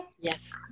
yes